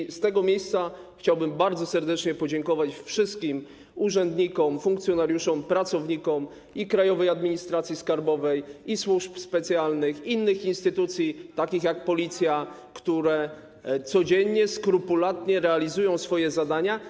I z tego miejsca chciałbym bardzo serdecznie podziękować wszystkim urzędnikom, funkcjonariuszom, pracownikom i Krajowej Administracji Skarbowej, i służb specjalnych, i innych instytucji, takich jak Policja, którzy codziennie skrupulatnie realizują swoje zadania.